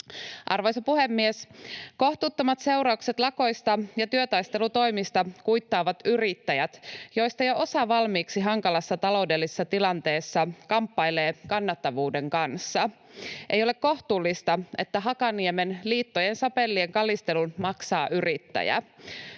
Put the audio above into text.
Arvoisa puhemies! Kohtuuttomat seuraukset lakoista ja työtaistelutoimista kuittaavat yrittäjät, joista jo osa valmiiksi hankalassa taloudellisessa tilanteessa kamppailee kannattavuuden kanssa. Ei ole kohtuullista, että Hakaniemen liittojen sapelinkalistelun maksaa yrittäjä.